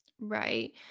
Right